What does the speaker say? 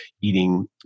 eating